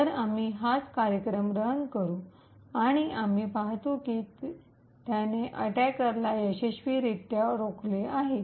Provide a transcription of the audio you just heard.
तर आम्ही हाच कार्यक्रम रन करू आणि आम्ही पाहतो की त्याने अटैकला यशस्वीरित्या रोखलं आहे